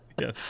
Yes